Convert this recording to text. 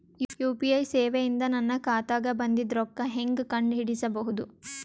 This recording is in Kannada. ಯು.ಪಿ.ಐ ಸೇವೆ ಇಂದ ನನ್ನ ಖಾತಾಗ ಬಂದಿದ್ದ ರೊಕ್ಕ ಹೆಂಗ್ ಕಂಡ ಹಿಡಿಸಬಹುದು?